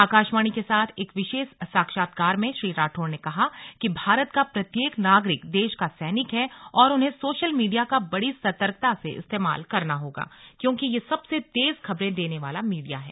आकाशवाणी के साथ एक विशेष साक्षात्कार में श्री राठौड़ ने कहा कि भारत का प्रत्येक नागरिक देश का सैनिक है और उन्हें सोशल मीडिया का बड़ी सतर्कता से इस्तेमाल करना होगा क्योकि यह सबसे तेज खबरें देने वाला मीडिया है